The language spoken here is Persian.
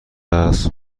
است